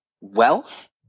wealth